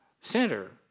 center